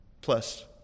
plus